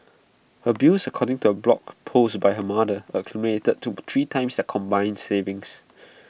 her bills according to A blog post by her mother accumulated to three times their combined savings